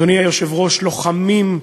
אדוני היושב-ראש: לוחמים,